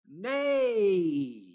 nay